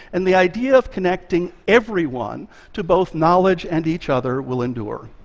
and the idea of connecting everyone to both knowledge and each other will endure.